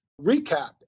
recap